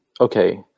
Okay